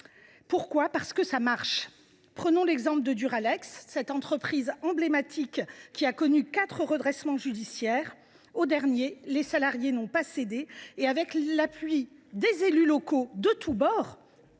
Pourquoi ? Parce que cela marche. Prenons l’exemple de Duralex, entreprise emblématique qui a connu quatre redressements judiciaires. Lors du dernier, les salariés n’ont pas cédé et, avec l’appui des élus locaux de tous bords,